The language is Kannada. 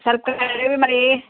ಸೊಲ್ಪ ಕಡಿಮೆ ಮಾಡಿ